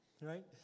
Right